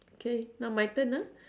okay now my turn ah